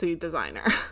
designer